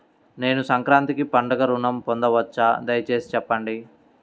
నేను సంక్రాంతికి పండుగ ఋణం పొందవచ్చా? దయచేసి చెప్పండి?